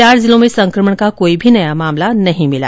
चार जिलों में संक्रमण का कोई भी नया मामला नहीं मिला